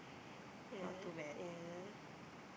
yeah yeah